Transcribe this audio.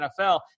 NFL